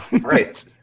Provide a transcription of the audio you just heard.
Right